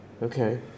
Okay